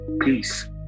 peace